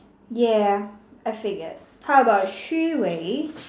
ya I said yes how about 虚伪